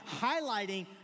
highlighting